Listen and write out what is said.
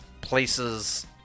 places